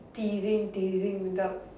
teasing teasing without